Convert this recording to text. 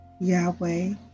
Yahweh